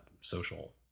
social